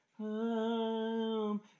home